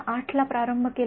८ च्या आसपास प्रारंभ केला